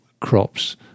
crops